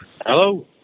Hello